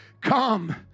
come